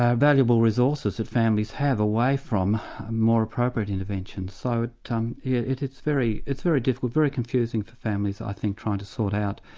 ah valuable resources that families have away from more appropriate interventions. so um yeah it's very it's very difficult, very confusing for families i think trying to sort out,